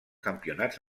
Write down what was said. campionats